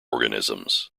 organisms